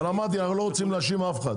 אבל אמרתי, אנחנו לא רוצים להאשים אף אחד.